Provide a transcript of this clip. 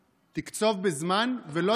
תקצוב בזמן ואל תקצוב במילים.